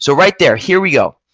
so right there, here we go.